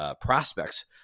prospects